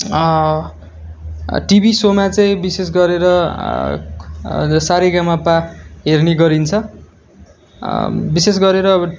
TV सोमा चाहिँ विशेष गरेर सारेगामपा हेर्ने गरिन्छ विशेष गरेर अब